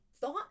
thought